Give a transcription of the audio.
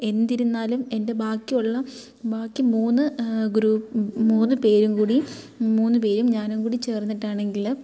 എന്നിരുന്നാലും എൻ്റെ ബാക്കിയുള്ള ബാക്കി മൂന്ന് ഗ്രൂപ്പ് മൂന്ന് പേരും കൂടി മൂന്ന് പേരും ഞാനും കൂടി ചേർന്നിട്ടാണെങ്കിൽ